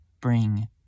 bring